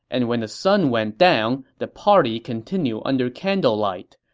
and when the sun went down, the party continued under candle light.